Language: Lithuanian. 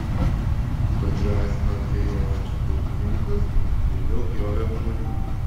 padrąsino dvejojančius darbininkus ir vėl pjovė moliūgą